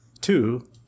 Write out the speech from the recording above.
Two